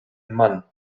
mann